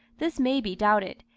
this may be doubted,